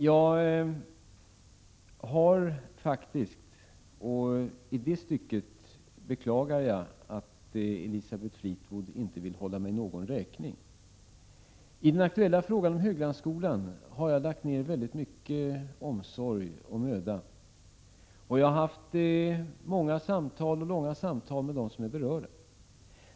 Jag har faktiskt — och jag beklagar att Elisabeth Fleetwood inte vill hålla mig räkning för detta — i den aktuella frågan om Höglandsskolan lagt ner väldigt mycket omsorg och möda. Jag har haft många och långa samtal med dem som är berörda.